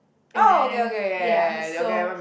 and then ya so